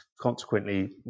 consequently